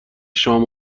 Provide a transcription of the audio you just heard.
شام